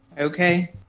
Okay